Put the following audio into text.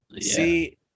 see